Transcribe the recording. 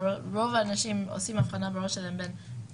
רוב האנשים עושים הבחנה בראש שלהם בין